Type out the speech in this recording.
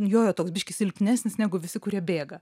jo toks biškį silpnesnis negu visi kurie bėga